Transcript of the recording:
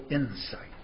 insight